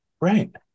Right